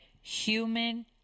human